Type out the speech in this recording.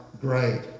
great